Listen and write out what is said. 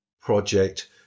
project